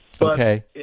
Okay